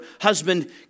husband